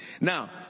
Now